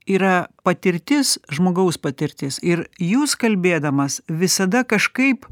yra patirtis žmogaus patirtis ir jūs kalbėdamas visada kažkaip